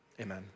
amen